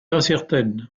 incertaine